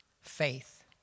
faith